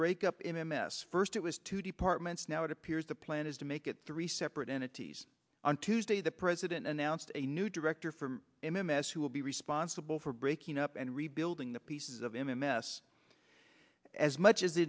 break up in a mess first it was two departments now it appears the plan is to make it three separate entities on tuesday the president announced a new director from him in as who will be responsible for breaking up and rebuilding the pieces of him a mess as much as the